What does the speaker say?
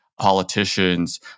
politicians